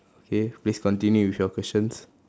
okay please continue with your questions